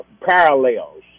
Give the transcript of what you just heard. parallels